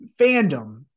fandom